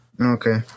Okay